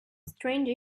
strange